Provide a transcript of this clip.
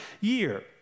year